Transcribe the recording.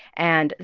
and,